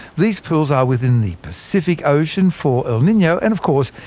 these pools are within the pacific ocean for el nino, and of course,